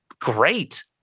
great